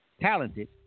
talented